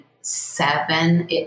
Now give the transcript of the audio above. seven